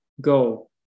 go